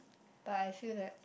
but I feel that